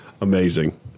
Amazing